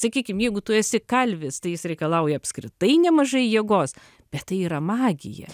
sakykim jeigu tu esi kalvis tai jis reikalauja apskritai nemažai jėgos bet tai yra magija